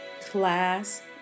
Class